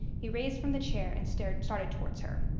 he raised from the chair and started started towards her.